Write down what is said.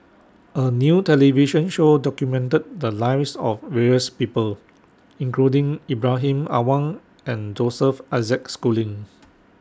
A New television Show documented The Lives of various People including Ibrahim Awang and Joseph Isaac Schooling